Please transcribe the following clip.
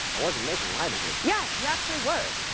i wasn't making light of it. yeah, you actually were.